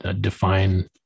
define